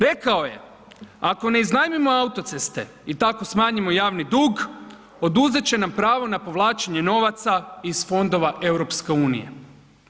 Rekao je ako ne iznajmimo autoceste i tako smanjimo javni dug, oduzet će nam pravo na povlačenje novaca iz fondova EU-a.